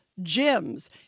gyms